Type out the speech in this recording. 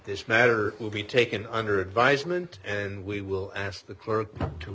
this matter will be taken under advisement and we will ask the clerk to